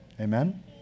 Amen